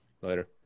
Later